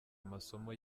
amasomo